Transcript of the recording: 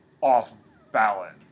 off-balance